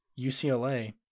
UCLA